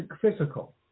physical